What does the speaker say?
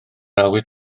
awydd